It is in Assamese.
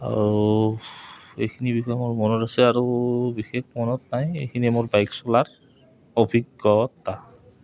আৰু এইখিনিৰ বিষয়ে মোৰ মনত আছে আৰু বিশেষ মনত নাই এইখিনিয়ে মোৰ বাইক চলাৰ অভিজ্ঞতা